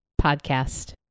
podcast